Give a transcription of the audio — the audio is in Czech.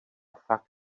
fakt